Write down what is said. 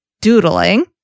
doodling